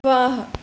वाह